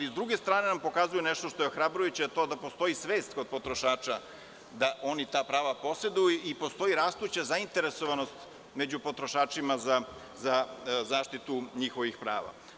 S druge strane nam pokazuje nešto što je ohrabrujuće, a to je da postoji svest kod potrošača da oni ta prava poseduju i postoji rastuća zainteresovanost među potrošačima za zaštitu njihovih prava.